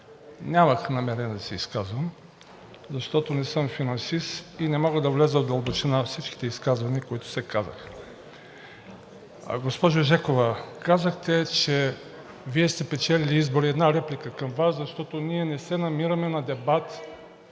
Нямах намерение да се изказвам, защото не съм финансист и не мога да вляза в дълбочина на всичките изказвания, които се казаха. Госпожо Жекова, казахте, че Вие сте печелили избори. Една реплика към Вас, защото ние не се намираме на дебат